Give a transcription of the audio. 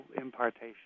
impartation